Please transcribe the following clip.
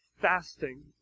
fasting